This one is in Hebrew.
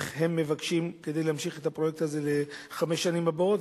שהם מבקשים כדי להמשיך את הפרויקט הזה לחמש השנים הבאות,